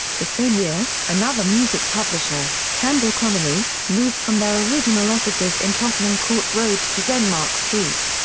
the same year, another music publisher, campbell connelly, moved from their original offices in tottenham court road to denmark street.